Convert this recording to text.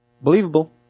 believable